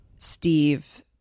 Steve